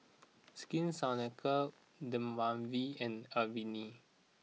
Skin Ceuticals Dermaveen and Avene